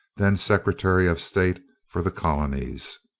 then secretary of state for the colonies.